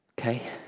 okay